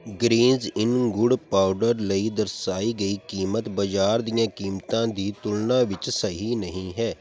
Greenz-In ਗੁੜ powder ਲਈ ਦਰਸਾਈ ਗਈ ਕੀਮਤ ਬਾਜ਼ਾਰ ਦੀਆਂ ਕੀਮਤਾਂ ਦੀ ਤੁਲਨਾ ਵਿੱਚ ਸਹੀ ਨਹੀਂ ਹੈ